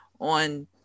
on